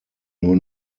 nur